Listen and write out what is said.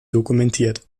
dokumentiert